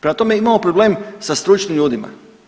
Prema tome, imamo problem sa stručnim ljudima.